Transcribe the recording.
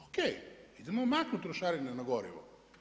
Ok, idemo maknuti trošarine na gorivo.